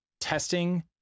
testing